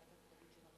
שם החוק